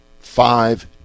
five